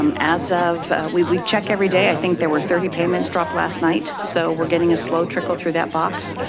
um as of we we check every day, i think there were thirty payments dropped last night. so we're getting a slow trickle through that box.